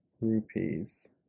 rupees